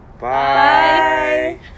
Bye